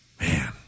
Man